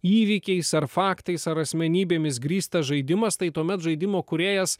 įvykiais ar faktais ar asmenybėmis grįstas žaidimas tai tuomet žaidimo kūrėjas